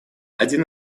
один